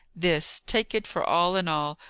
this, take it for all in all,